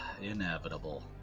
inevitable